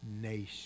nation